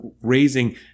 raising